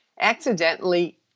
accidentally